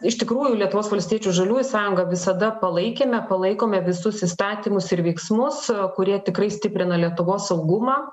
iš tikrųjų lietuvos valstiečių žaliųjų sąjunga visada palaikėme palaikome visus įstatymus ir veiksmus kurie tikrai stiprina lietuvos saugumą